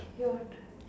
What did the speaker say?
your turn